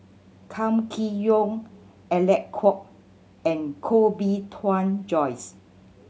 Kam Kee Yong Alec Kuok and Koh Bee Tuan Joyce